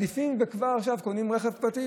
וכבר עכשיו קונים רכב פרטי,